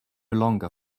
longer